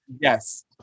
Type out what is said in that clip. Yes